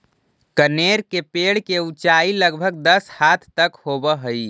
कनेर के पेड़ के ऊंचाई लगभग दस हाथ तक होवऽ हई